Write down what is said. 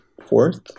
fourth